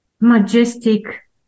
majestic